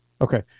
Okay